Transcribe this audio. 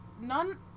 None